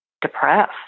depressed